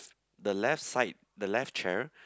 the left side the left chair